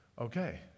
okay